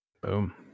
Boom